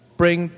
bring